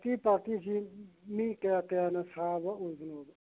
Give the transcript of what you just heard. party ꯄꯥꯔꯇꯤꯁꯤ ꯃꯤ ꯀꯌꯥ ꯀꯌꯥꯅ ꯁꯥꯕ ꯑꯣꯏꯕꯅꯣꯕ